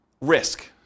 risk